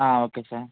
okay sir